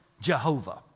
Jehovah